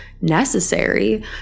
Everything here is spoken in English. necessary